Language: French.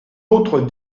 autre